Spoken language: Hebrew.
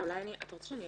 רענונים שבועיים.